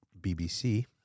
BBC